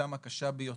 בשעתם הקשה ביותר,